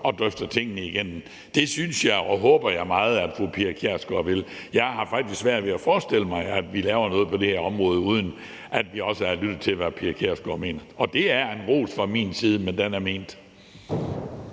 og drøfter tingene igennem, håber jeg meget at fru Pia Kjærsgaard vil. Jeg har faktisk svært ved at forestille mig, at vi laver noget på det her område, uden at vi også har lyttet til, hvad fru Pia Kjærsgaard mener. Og det er en ros fra min side, men den er ment.